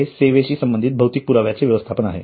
हे सेवांशी संबंधित भौतिक पुराव्यांचे व्यवस्थापन आहे